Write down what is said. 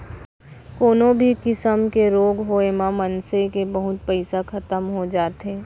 कोनो भी किसम के रोग होय म मनसे के बहुत पइसा खतम हो जाथे